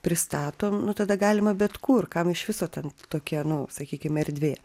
pristatom nu tada galima bet kur kam iš viso ten tokia nu sakykim erdvė